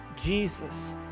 Jesus